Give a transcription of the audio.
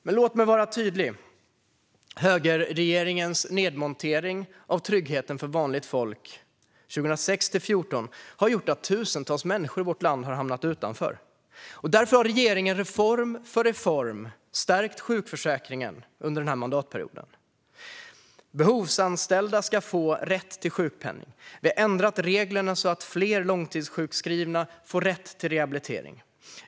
Men låt mig vara tydlig: Högerregeringens nedmontering av tryggheten för vanligt folk 2006-2014 har gjort att tusentals människor i vårt land har hamnat utanför. Därför har regeringen, reform för reform, stärkt sjukförsäkringen under den här mandatperioden. Behovsanställda ska få rätt till sjukpenning. Vi har ändrat reglerna så att fler långtidssjukskrivna får rätt till rehabilitering.